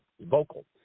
vocal